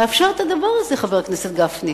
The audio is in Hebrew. ואתה מאפשר את הדבר הזה, חבר הכנסת גפני.